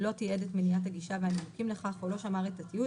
לא תיעד את מניעת הגישה והנימוקים לכך או לא שמר את התיעוד,